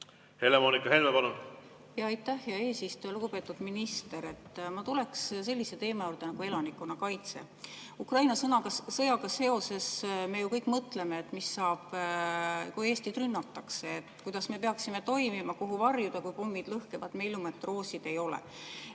Helle-Moonika Helme, palun! Aitäh, hea eesistuja! Lugupeetud minister! Ma tuleksin sellise teema juurde nagu elanikkonnakaitse. Ukraina sõjaga seoses me kõik mõtleme, et mis saab siis, kui Eestit rünnatakse: kuidas me peaksime toimima, kuhu varjuma, kui pommid lõhkevad? Meil ju metroosid ei ole.